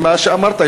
מה שאמרת,